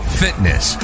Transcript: fitness